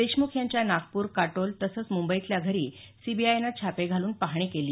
देशमुख यांच्या नागपूर काटोल तसंच मुंबईतल्या घरी सीबीआयनं छापे घालून पाहणी केली